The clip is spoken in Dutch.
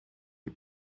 hem